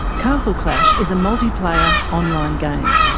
castle clash is a multiplayer online game.